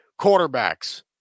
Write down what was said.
quarterbacks